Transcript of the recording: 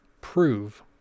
prove